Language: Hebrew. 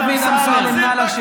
חבר הכנסת דוד אמסלם, נא לשבת.